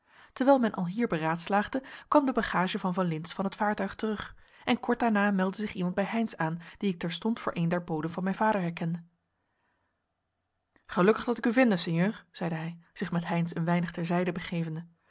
terwijl men alhier beraadslaagde kwam de bagage van van lintz van het vaartuig terug en kort daarna meldde zich iemand bij heynsz aan dien ik terstond voor een der boden van mijn vader herkende gelukkig dat ik u vinde sinjeur zeide hij zich met heynsz een weinig ter zijde begevende